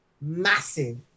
massive